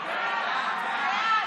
הגדלת מענק